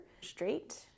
straight